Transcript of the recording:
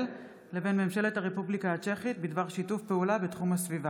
לבין ממשלת הרפובליקה הצ'כית בדבר שיתוף פעולה בתחום הסביבה.